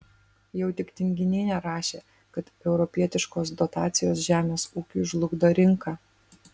jau tik tinginiai nerašė kad europietiškos dotacijos žemės ūkiui žlugdo rinką